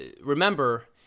remember